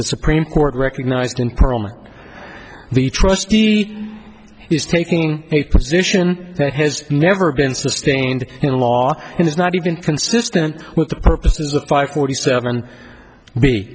the supreme court recognized in parliament the trustee is taking a position that has never been sustained in law and is not even consistent with the purposes of five forty seven me